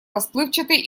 расплывчатой